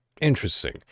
Interesting